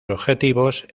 objetivos